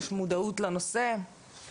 יש מודעות לנושא,